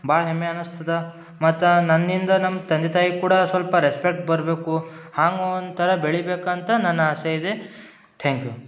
ಭಾಳ ಹೆಮ್ಮೆ ಅನಸ್ತದ ಮತ್ತು ನನ್ನಿಂದ ನಮ್ಮ ತಂದೆ ತಾಯಿ ಕೂಡ ಸ್ವಲ್ಪ ರೆಸ್ಪೆಕ್ಟ್ ಬರಬೇಕು ಹಾಂಗೆ ಒಂಥರ ಬೆಳಿಬೇಕಂತ ನನ್ನ ಆಸೆ ಇದೆ ಥ್ಯಾಂಕ್ ಯು